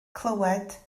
clywed